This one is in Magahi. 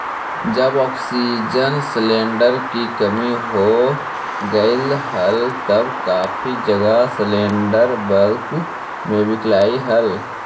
जब ऑक्सीजन सिलेंडर की कमी हो गईल हल तब काफी जगह सिलेंडरस ब्लैक में बिकलई हल